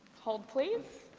hold please,